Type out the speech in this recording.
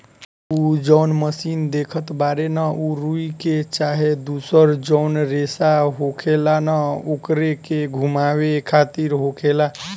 उ जौन मशीन देखत बाड़े न उ रुई के चाहे दुसर जौन रेसा होखेला न ओकरे के घुमावे खातिर होखेला